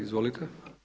Izvolite.